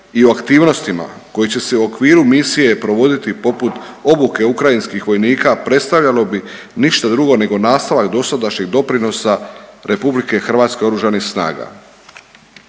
i u aktivnostima koje će se u okviru misije provoditi poput obuke ukrajinskih vojnika predstavljalo bi ništa drugo nego nastavak dosadašnjeg doprinosa RH oružanih snaga.